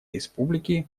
республики